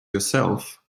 yourself